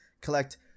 collect